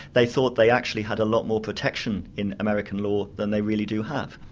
they thought they actually had a lot more protection in american law than they really do have.